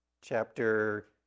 chapter